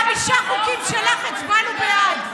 אנחנו מצביעים בעד.